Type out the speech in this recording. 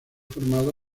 formado